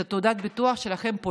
הוא תעודת ביטוח שלכם,